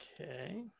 okay